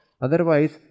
Otherwise